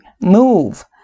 move